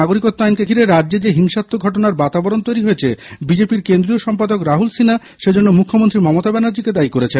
নাগরিকত্ব আইনকে ঘিরে রাজ্যে যে হিংসাত্মক ঘটনার বাতাবরণ তৈরী হয়েছে বিজেপির কেন্দ্রীয় সম্পাদক রাহুল সিনহা সেজন্য মুখ্যমন্ত্রী মমতা ব্যনার্জীকে দায়ী করেছেন